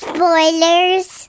Spoilers